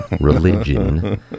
religion